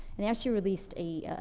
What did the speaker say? and they actually released a,